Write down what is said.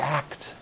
act